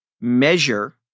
measure